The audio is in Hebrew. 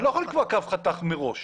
אני לא יכול לקבוע קו חתך מראש.